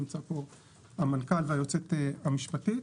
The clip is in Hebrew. נמצא פה המנכ"ל והיועצת המשפטית.